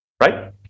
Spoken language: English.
Right